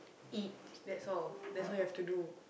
eat that's all that's all you have to do